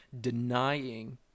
denying